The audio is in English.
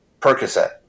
Percocet